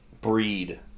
breed